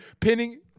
Pinning